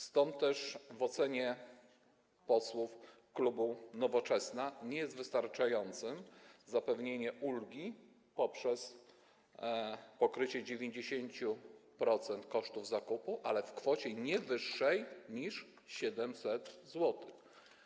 Stąd też w ocenie posłów klubu Nowoczesna nie jest wystarczające zapewnienie ulgi poprzez pokrycie 90% kosztów zakupu, ale w kwocie nie wyższej niż 700 zł.